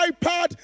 iPad